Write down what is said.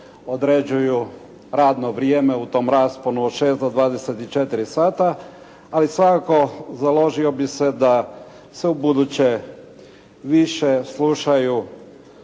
određuju radno vrijeme u tom rasponu od 6 do 24 sata, ali svakako založio bih se da se ubuduće više slušaju